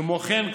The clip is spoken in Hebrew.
כמו כן,